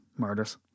Murders